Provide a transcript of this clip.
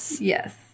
Yes